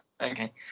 okay